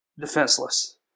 defenseless